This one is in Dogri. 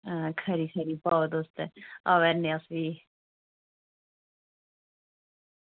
हां खरी खरी पाओ तुस ते आवा ने आं अस बी